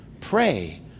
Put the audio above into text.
Pray